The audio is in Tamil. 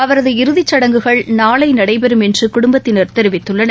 அவரது இறுதிச்சடங்குகள் நாளைநடைபெறும் என்றுகுடும்பத்தினர் தெரிவித்துள்ளனர்